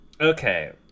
okay